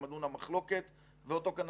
כמה דונמים במחלוקת.